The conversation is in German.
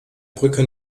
brücke